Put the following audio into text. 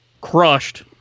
crushed